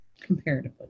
comparatively